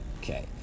Okay